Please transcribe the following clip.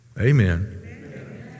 Amen